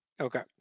Okay